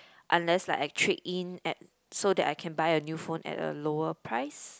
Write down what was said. unless like I trade in at so that I can buy a new phone at a lower price